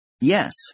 Yes